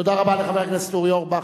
תודה רבה לחבר הכנסת אורי אורבך.